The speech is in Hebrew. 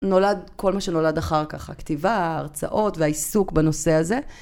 נולד, כל מה שנולד אחר כך, הכתיבה, ההרצאות והעיסוק בנושא הזה.